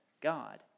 God